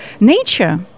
nature